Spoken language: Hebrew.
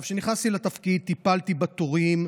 כשנכנסתי לתפקיד טיפלתי בתורים,